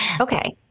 Okay